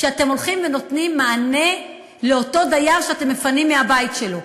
כשאתם הולכים ונותנים מענה לאותו דייר שאתם מפנים מהבית שלו,